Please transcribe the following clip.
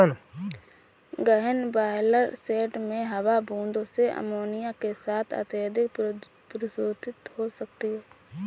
गहन broiler shed में हवा बूंदों से अमोनिया के साथ अत्यधिक प्रदूषित हो सकती है